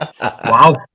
Wow